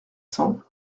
cents